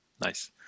Nice